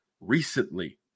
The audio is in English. recently